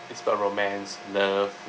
it's about romance love